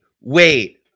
wait